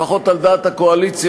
לפחות על דעת הקואליציה,